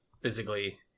physically